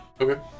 Okay